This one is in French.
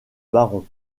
baron